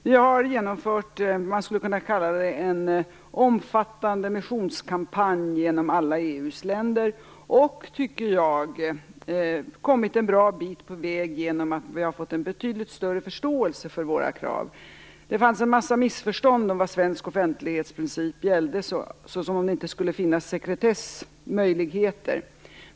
Vi har genomfört vad som skulle kunna kallas en omfattande missionskampanj inom alla EU:s länder och har kommit en bra bit på väg, genom att vi har fått en betydligt större förståelse för våra krav. Det fanns en massa missförstånd om vad svensk offentlighetsprincip gäller, som att det inte skulle finnas sekretessmöjligheter.